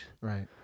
right